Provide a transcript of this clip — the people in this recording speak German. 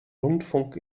rundfunk